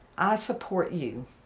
i support you.